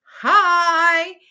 Hi